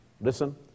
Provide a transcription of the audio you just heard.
listen